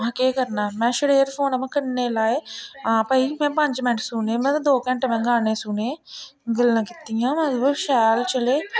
महां केह् करना ऐ में छड़े एयरफोन अपने कन्नै लाए हां भाई में पंज मैंट्ट सने ते दो घैंटे में गाने सुनें गल्लां कीतियां में एह्दे पर शैल चले